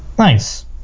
nice